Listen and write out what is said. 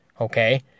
Okay